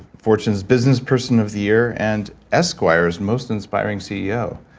fortune's business person of the year and esquire's most inspiring ceo.